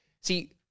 See